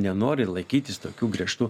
nenori laikytis tokių griežtų